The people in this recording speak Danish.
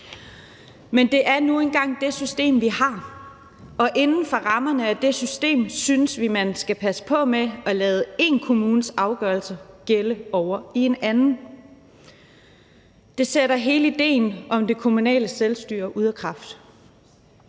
men det er nu engang det system, vi har, og inden for rammerne af det system synes vi, at man skal passe på med at lade én kommunes afgørelse gælde i en anden kommune. Det sætter hele idéen om det kommunale selvstyre ud af kraft.